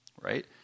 right